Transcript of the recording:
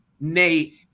Nate